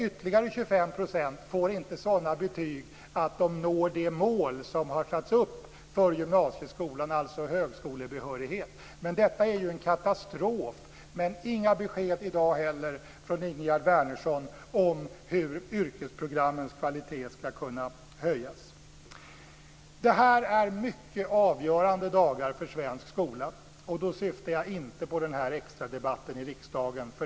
Ytterligare 25 % får inte sådana betyg att de når uppsatta mål för gymnasieskolan, alltså högskolebehörighet. Detta är en katastrof - men inga besked i dag heller från Ingegerd Wärnersson om hur yrkesprogrammens kvalitet ska kunna höjas. Det är nu mycket avgörande dagar för svensk skola. Då syftar jag inte på den här extradebatten i riksdagen.